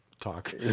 talk